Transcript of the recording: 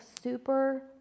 super